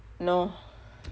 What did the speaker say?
no